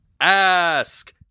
Ask